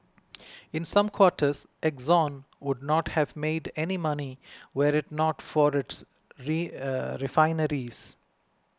in some quarters Exxon would not have made any money were it not for its re refineries